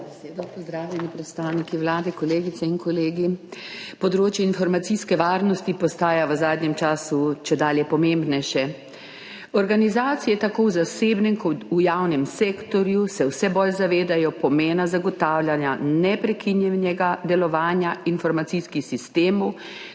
Pozdravljeni, predstavniki Vlade, kolegice in kolegi! Področje informacijske varnosti postaja v zadnjem času čedalje pomembnejše. Organizacije tako v zasebnem kot v javnem sektorju se vse bolj zavedajo pomena zagotavljanja neprekinjenega delovanja informacijskih sistemov